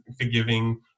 forgiving